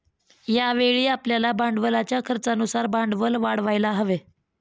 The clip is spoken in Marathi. यावेळी आपल्याला भांडवलाच्या खर्चानुसार भांडवल वाढवायला हवे